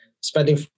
spending